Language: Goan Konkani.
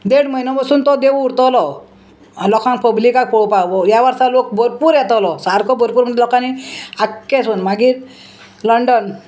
देड म्हयनो बसून तो देव उरतलो लोकांक पब्लिकाक पळोवपाक ह्या वर्सा लोक भरपूर येतोलो सारको भरपूर म्हणजे लोकांनी आक्के सुद्दां मागीर लंडन